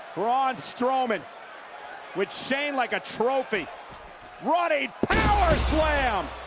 braun strowman with shane like a trophy brought a power slam.